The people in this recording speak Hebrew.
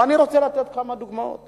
ואני רוצה לתת כמה דוגמאות